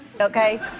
Okay